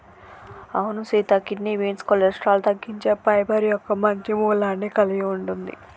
అవును సీత kidney beans cholesterol తగ్గించే పైబర్ మొక్క మంచి మూలాన్ని కలిగి ఉంటుంది